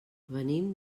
venim